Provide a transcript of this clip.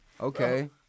Okay